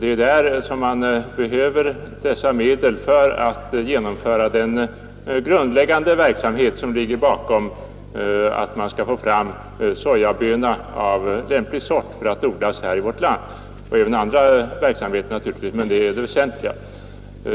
Det är där man behöver dessa medel för att genomföra den grundläggande forskning som behövs för att få fram en sojaböna som är lämplig för odling i vårt land; pengarna behövs även för andra ändamål, men detta är det väsentliga.